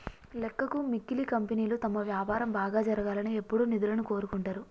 లెక్కకు మిక్కిలి కంపెనీలు తమ వ్యాపారం బాగా జరగాలని ఎప్పుడూ నిధులను కోరుకుంటరు